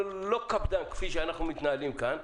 לא קפדן כפי שמתנהלים כאן.